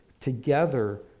together